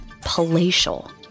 palatial